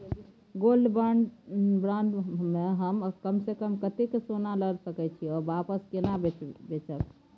Gold bond म हम कम स कम कत्ते सोना ल सके छिए आ वापस केना बेचब?